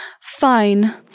Fine